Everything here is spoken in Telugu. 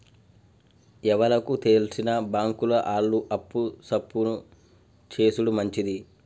ఎవలకు తెల్సిన బాంకుల ఆళ్లు అప్పు సప్పు జేసుడు మంచిది